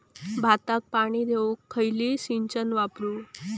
भाताक पाणी देऊक खयली सिंचन वापरू?